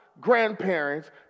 grandparents